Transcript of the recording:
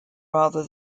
rather